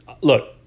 look